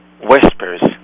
whispers